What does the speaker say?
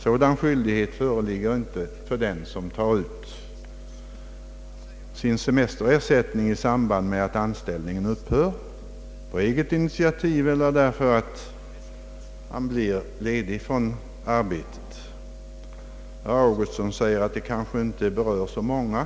Sådan skyldighet föreligger inte för den som tar ut sin semesterersättning i samband med att anställningen upphör på den anställdes eget initiativ eller därför att han friställts från arbetet. Herr Augustsson sade att problemet kanske inte berör så många.